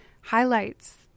highlights